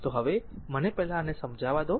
તો હવે મને પહેલા આને સમજાવા દો